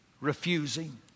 refusing